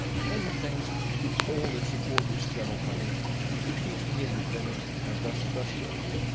many thanks to all that support this channel financially, it keeps me independent and thus trustworthy.